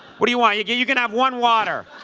what do you want, you you can have one water.